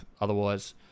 otherwise